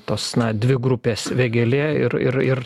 tos na dvi grupes vėgėlė ir ir ir